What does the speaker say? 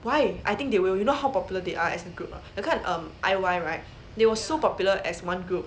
why I think they will you know how popular they are as a group or not 你看 um I_O_I right they were so popular as one group